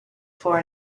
for